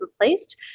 replaced